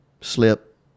slip